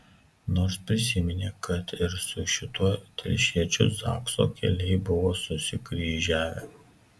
nors prisiminė kad ir su šituo telšiečiu zakso keliai buvo susikryžiavę